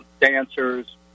dancers